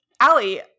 Allie